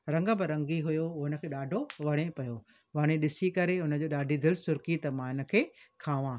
रंग बिरंगी हुयो उनखे ॾाढो वणे पियो हो हाणे ॾिसी करे उनजो ॾाढी दिलि सुरकी त मां इनखे खायां